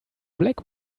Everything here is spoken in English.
black